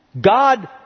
God